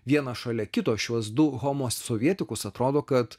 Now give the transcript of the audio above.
vieną šalia kito šiuos du homo sovietikus atrodo kad